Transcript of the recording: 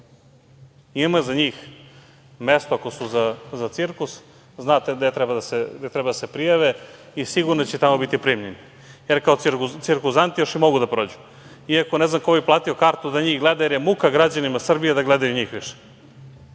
Ima za njih mesta ako su za cirkus, znate gde treba da se prijave i sigurno će tamo biti primljeni, jer kao cirkuzanti tamo mogu da prođu, i ako ne znam ko bi platio kartu da njih gleda, jer je muka građanima Srbije da gledaju njih više.